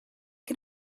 can